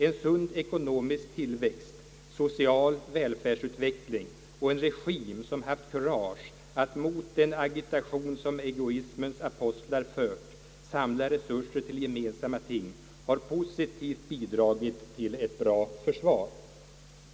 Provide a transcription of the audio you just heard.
En sund ekonomisk tillväxt, social välfärdsutveckling och en regim som haft kurage att mot den agitation som egoismens apostlar fört samla resurser till gemensamma ting har positivt bidragit till ett bra försvar.